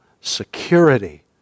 security